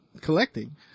collecting